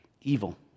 evil